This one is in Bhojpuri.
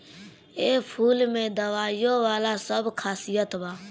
एह फूल में दवाईयो वाला सब खासियत बा